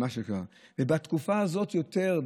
בתקופה הזאת יותר.